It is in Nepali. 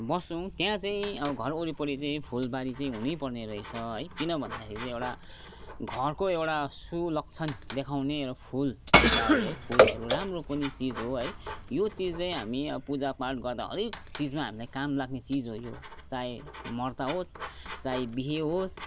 बस्छौँ त्यहाँ चाहिँ अब घर वरिपरि चाहिँ फुलबारी चाहिँ हुनै पर्ने रहेछ है किन भन्दाखेरि चाहिँ एउटा घरको एउटा सुलक्षण देखाउने एउटा फुलबारी है फुलहरू राम्रो पनि चिज हो है यो चिज चाहिँ हामी अब पूजा पाठ गर्दा हरेक चिजमा हामीलाई काम लाग्ने चिज हो यो चाहे मर्दा होस् चाहे बिहे होस्